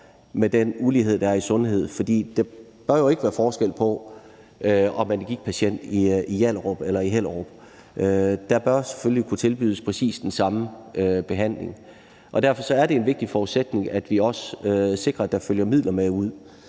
med den ulighed, der er i sundhed. For der bør jo ikke være forskel på, om man er gigtpatient i Hjallerup eller Hellerup. Der bør selvfølgelig kunne tilbydes præcis den samme behandling. Og derfor er det en vigtig forudsætning, at vi også sikrer, at der følger midler med ud.